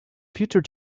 future